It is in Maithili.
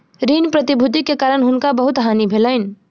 ऋण प्रतिभूति के कारण हुनका बहुत हानि भेलैन